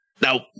Now